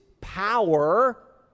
power